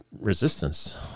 resistance